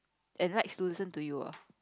and likes to listen to you ah